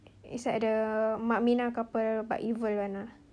is like the mak minah couple but evil [one] lah